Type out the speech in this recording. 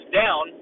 down